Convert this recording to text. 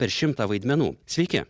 per šimtą vaidmenų sveiki